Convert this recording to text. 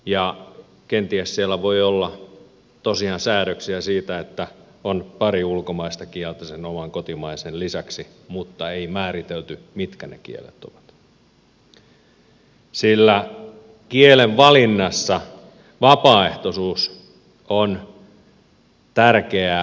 ja kenties siellä voi olla tosiaan säädöksiä siitä että on pari ulkomaista kieltä sen oman kotimaisen lisäksi mutta ei määritelty mitkä ne kielet ovat sillä kielen valinnassa vapaaehtoisuus on tärkeää